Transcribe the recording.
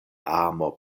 amo